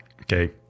Okay